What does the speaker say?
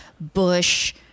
bush